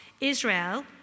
Israel